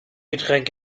getränk